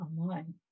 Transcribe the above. online